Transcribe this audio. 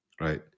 right